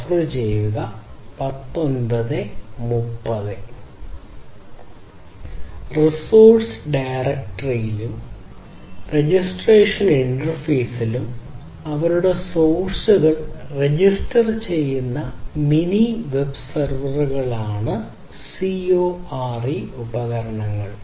resource ഡയറക്ടറിയിലും registration ഇന്റർഫേസിലും അവരുടെ ഉറവിടങ്ങൾ രജിസ്റ്റർ ചെയ്യുന്ന മിനി വെബ് സെർവറുകളാണ് CoRE ഉപകരണങ്ങൾ